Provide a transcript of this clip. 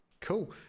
Cool